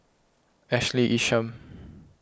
Ashley Isham